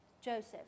Joseph